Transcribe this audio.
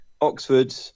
oxford